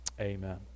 Amen